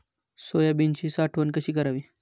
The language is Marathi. सोयाबीनची साठवण कशी करावी?